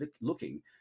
looking